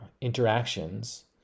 interactions